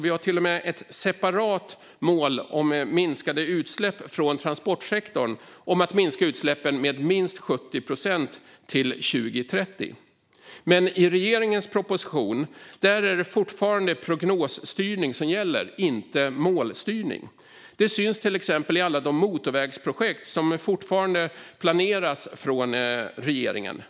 Vi har till och med ett separat mål om minskade utsläpp från transportsektorn. Utsläppen ska minska med minst 70 procent till 2030. Men i regeringens proposition är det fortfarande prognosstyrning som gäller, inte målstyrning. Detta syns till exempel i alla de motorvägsprojekt som fortfarande planeras från regeringen.